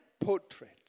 portrait